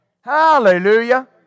Hallelujah